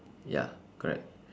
ya correct